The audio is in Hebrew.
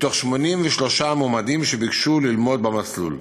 מתוך 83 מועמדים שביקשו ללמוד במסלול.